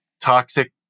toxic